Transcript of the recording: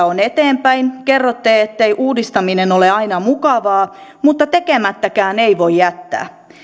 on eteenpäin kerrotte ettei uudistaminen ole aina mukavaa mutta tekemättäkään ei voi jättää